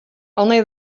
only